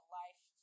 life